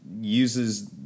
uses